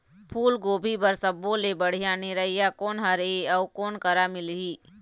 फूलगोभी बर सब्बो ले बढ़िया निरैया कोन हर ये अउ कोन करा मिलही?